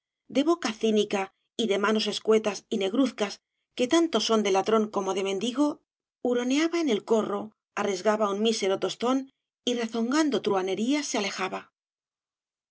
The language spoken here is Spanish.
de boca cínica y de manos escuetas y negruzcas que tanto son de ladrón como de mendigo huroneaba en el corro arriesgaba un mísero tostón y rezongando truhanerías se alejaba